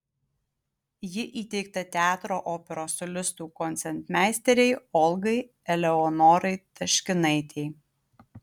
ji įteikta teatro operos solistų koncertmeisterei olgai eleonorai taškinaitei